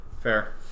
Fair